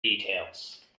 details